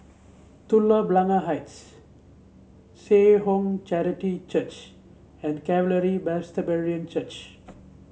Telok Blangah Heights Seh Ong Charity Church and Calvary Presbyterian Church